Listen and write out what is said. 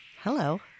Hello